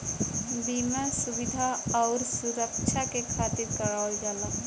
बीमा सुविधा आउर सुरक्छा के खातिर करावल जाला